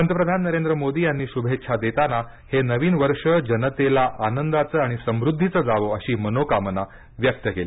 पंतप्रधान नरेंद्र मोदी यांनी शुभेच्छा देताना हे नवीन वर्ष जनतेला आनंदाचं आणि समृद्दीचं जावो अशी मनोकामना व्यक्त केली